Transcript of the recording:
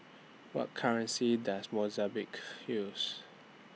What currency Does Mozambique use